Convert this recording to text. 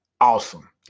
awesome